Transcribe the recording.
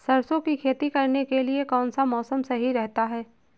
सरसों की खेती करने के लिए कौनसा मौसम सही रहता है?